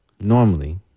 normally